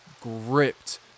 gripped